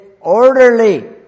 Orderly